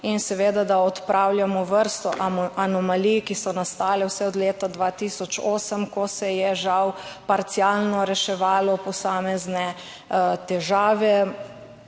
in seveda, da odpravljamo vrsto anomalij, ki so nastale vse od leta 2008, ko se je žal parcialno reševalo posamezne težave